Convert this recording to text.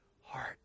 heart